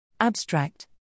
Abstract